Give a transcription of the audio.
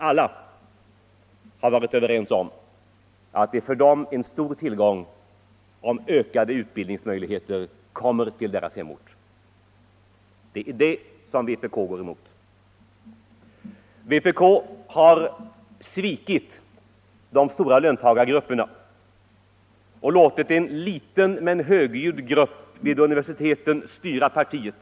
Alla har varit överens om att det för dem är en stor tillgång om ökade utbildningsmöjligheter kommer att finnas på deras hemorter. Det är det vpk går emot. Vpk har svikit de stora löntagargrupperna och låtit en liten men högljudd grupp vid universiteten styra partiet.